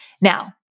Now